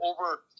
over